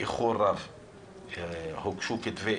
באיחור רב,